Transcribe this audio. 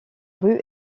rue